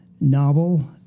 novel